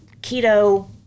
keto